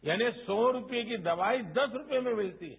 यानि सौ रूपये की दवाई दस रूपये में मिलती है